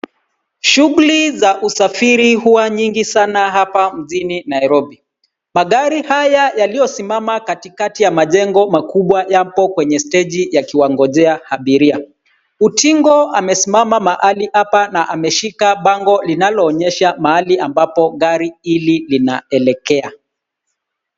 Shughuli za usafiri huwa nyingi sana hapa Nairobi. Magari haya yaliyosimama katikati ya majengo makubwa yapo kwenye steji yakiwangojea abiria. Utingo amesimama mahali hapa na ameshika bango linaloonyesha mahali gari hili linaelekea.